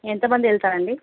ఎంతమంది వెళ్తారండి